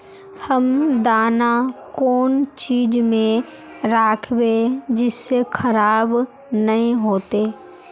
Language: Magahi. हम दाना कौन चीज में राखबे जिससे खराब नय होते?